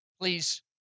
please